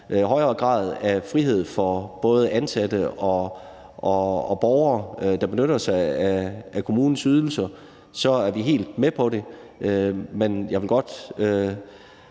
højere grad af frihed for både ansatte og borgere, der benytter sig af kommunens ydelser, så er vi helt med på det, men jeg vil godt